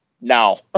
No